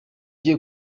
gihe